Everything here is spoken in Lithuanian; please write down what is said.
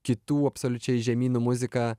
kitų absoliučiai žemynų muzika